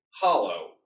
hollow